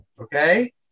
Okay